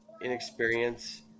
inexperienced